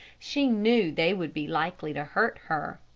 she knew they would be likely to hurt her.